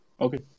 Okay